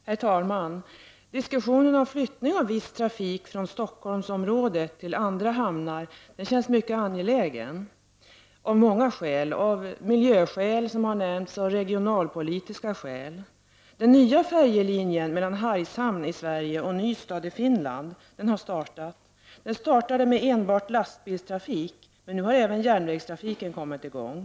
Herr talman! Diskussionerna om flyttningen av viss trafik från Stockholmsområdet till andra hamnar känns av många skäl — t.ex. miljöskäl, som här har nämnts, och regionalpolitiska skäl — mycket angelägen. Den nya färjelinjen mellan Hargshamn i Sverige och Nystad i Finland har startat. Den startade med enbart lastbilstrafik, men nu har även järnvägstrafiken kommit i gång.